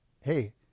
Hey